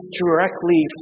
directly